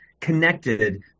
connected